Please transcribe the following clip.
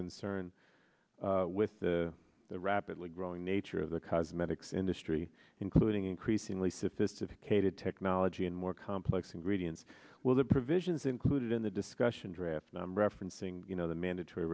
concern with the rapidly growing nature of the cosmetics industry including increasingly sophisticated technology and more complex ingredients well the provisions included in the discussion draft and i'm referencing you know the mandatory